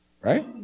Right